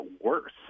worse